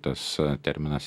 tas terminas